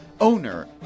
owner